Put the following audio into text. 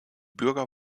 bürger